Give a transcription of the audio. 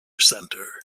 center